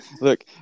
look